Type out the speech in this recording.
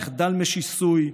תחדל משיסוי,